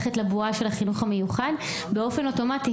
כיתת חינוך מיוחד לבין כיתה רגילה בגלל בעיה תקציבית,